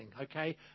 okay